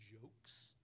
jokes